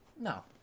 No